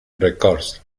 records